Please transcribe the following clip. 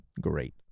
great